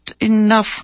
enough